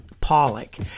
Pollock